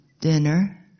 dinner